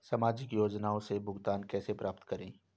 सामाजिक योजनाओं से भुगतान कैसे प्राप्त करें?